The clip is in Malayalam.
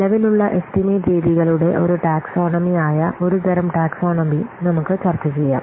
നിലവിലുള്ള എസ്റ്റിമേറ്റ് രീതികളുടെ ഒരു ടാക്സോണമി ആയ ഒരു തരം ടാക്സോണമി നമുക്ക് ചർച്ച ചെയ്യാം